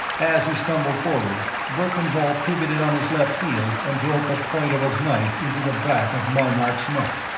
as he stumbled forward, verkan vall pivoted on his left heel and drove the point of his knife into the back of marnark's neck,